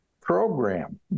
program